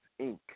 Inc